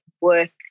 work